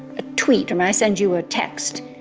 a tweet, or i send you a text,